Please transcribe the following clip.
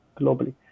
globally